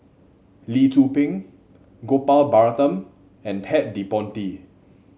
Lee Tzu Pheng Gopal Baratham and Ted De Ponti